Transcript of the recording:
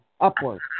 upward